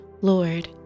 Lord